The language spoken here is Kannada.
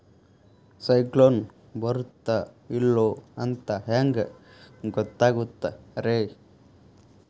ಸೈಕ್ಲೋನ ಬರುತ್ತ ಇಲ್ಲೋ ಅಂತ ಹೆಂಗ್ ಗೊತ್ತಾಗುತ್ತ ರೇ?